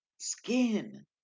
skin